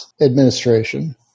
Administration